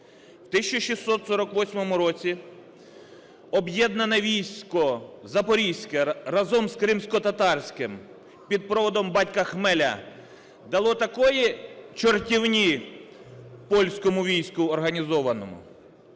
В 1648 році об'єднане Військо Запорізьке разом з кримськотатарським під проводом батька Хмеля дало такої чортівні Польському війську організованому,